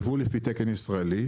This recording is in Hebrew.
ייבוא לפי תקן ישראלי,